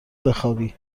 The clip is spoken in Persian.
بخوابی